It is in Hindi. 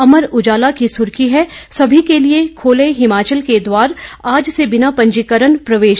अमर उजाला की सुर्खी है सभी के लिए खोले हिमाचल के द्वार आज से बिना पंजीकरण प्रवेश